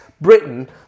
Britain